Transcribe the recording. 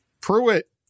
Pruitt